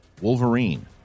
Wolverine